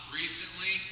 recently